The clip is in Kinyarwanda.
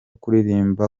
kuririmba